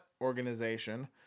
organization